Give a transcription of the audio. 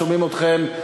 שומעים אתכם.